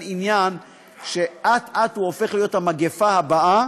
עניין שאט-אט הוא הופך להיות המגפה הבאה,